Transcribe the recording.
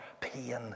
pain